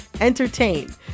entertain